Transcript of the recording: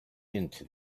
into